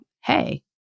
hey